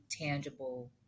tangible